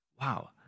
Wow